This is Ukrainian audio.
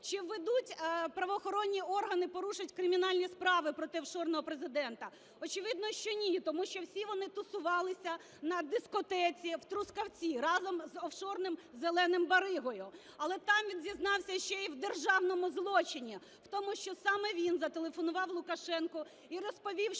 Чи правоохоронні органи порушать кримінальні справи проти "офшорного" Президента? Очевидно, що ні, тому що всі вони тусувалися на дискотеці у Трускавці разом з "офшорним зеленим баригою". Але там він зізнався ще в державному злочині – в тому, що саме він зателефонував Лукашенку і розповів,